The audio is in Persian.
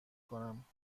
کنم